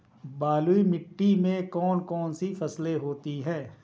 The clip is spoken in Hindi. बलुई मिट्टी में कौन कौन सी फसलें होती हैं?